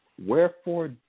Wherefore